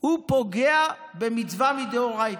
הוא פוגע במצווה מדאורייתא.